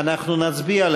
ואנחנו נצביע על